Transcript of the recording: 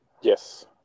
yes